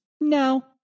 no